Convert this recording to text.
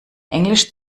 englisch